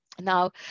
Now